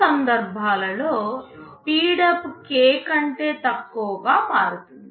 ఆ సందర్భాలలో speedup k కంటే తక్కువగా మారుతుంది